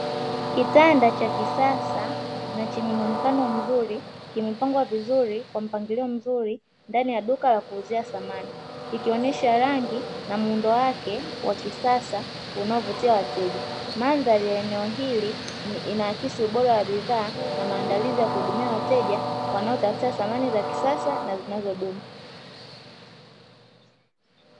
Kitanda cha kisasa na chenye muonekano mzuri kimepengwa vizuri kwa mpangilio mzuri ndani ya duka la kuuzia samani, ikionyesha rangi na muundo wake wa kisasa unaovutia wateja . Mandhari ya eneo hili ni inaakishi ubora wa bidhaa na maandalizi ya kuhudumia wateja wanaotafuta samani za kisasa na zinazodumu.